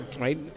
right